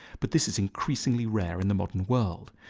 but this is increasingly rare in the modern world.